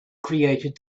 created